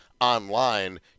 online